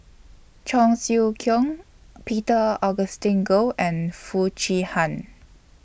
Cheong Siew Keong Peter Augustine Goh and Foo Chee Han